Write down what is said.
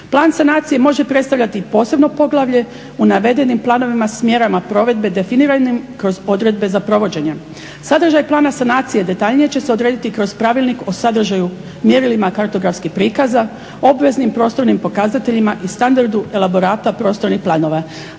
Plan sanacije može predstavljati posebno poglavlje u navedenim planovima s mjerama provedbe definiranim kroz odredbe za provođenje. Sadržaj plana sanacije detaljnije će se odrediti kroz Pravilnik o sadržaju, mjerilima kartografskih prikaza, obveznim prostornim pokazateljima i standardu elaborata prostornih planova.